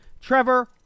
Trevor